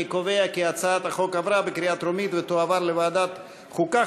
אני קובע כי הצעת החוק עברה בקריאה טרומית ותועבר לוועדת חוקה,